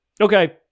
okay